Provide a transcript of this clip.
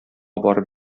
барып